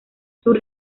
sur